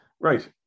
Right